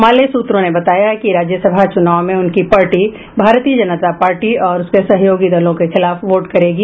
माले सूत्रों ने बताया कि राज्यसभा चुनाव में उनकी पार्टी भारतीय जनता पार्टी और उसके सहयोगी दलों के खिलाफ वोट करेगी